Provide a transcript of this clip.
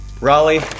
Raleigh